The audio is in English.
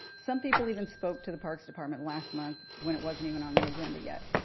some people even spoke to the parks department last month when it wasn't even on the agenda yet.